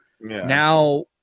Now